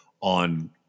on